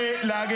לסיום.